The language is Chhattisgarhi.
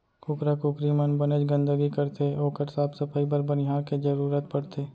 कुकरा कुकरी मन बनेच गंदगी करथे ओकर साफ सफई बर बनिहार के जरूरत परथे